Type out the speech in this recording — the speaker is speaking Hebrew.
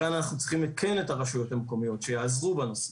כאן אנחנו צריכים כן את הרשויות המקומיות שיעזרו בנושא.